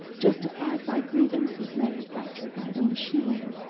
justified by grievances manufactured by the machine.